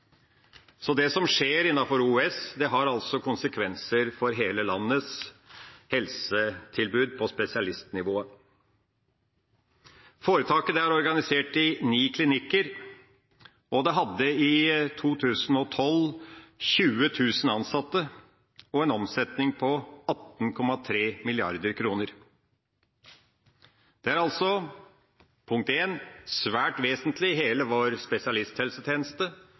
Så det som skjer innenfor OUS, har altså konsekvenser for hele landets helsetilbud på spesialistnivået. Foretaket er organisert i ni klinikker, og det hadde i 2012 20 000 ansatte og en omsetning på 18,3 mrd. kr. Det er altså – punkt én – svært vesentlig, hele vår spesialisthelsetjeneste,